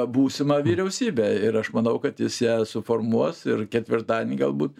būsimą vyriausybę ir aš manau kad jis ją suformuos ir ketvirtadienį galbūt